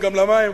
וגם למים,